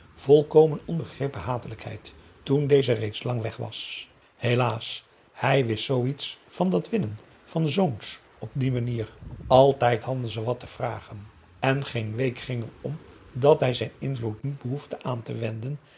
volkomen onbegrepen hatelijkheid toen deze reeds lang weg was helaas hij wist zooiets van dat winnen van zoons op die manier altijd hadden ze wat te vragen en geen week ging er om dat hij zijn invloed niet behoefde aan te wenden